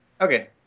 Okay